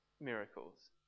miracles